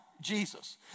Jesus